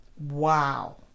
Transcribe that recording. Wow